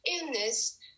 illness